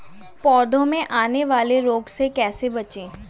पौधों में आने वाले रोग से कैसे बचें?